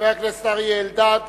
חבר הכנסת אריה אלדד,